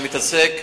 אני מתעסק,